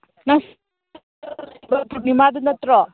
ꯅꯠꯇ꯭ꯔꯣ